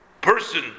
person